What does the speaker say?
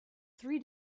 three